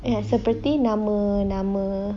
it has seperti nama nama